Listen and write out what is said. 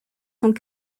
sont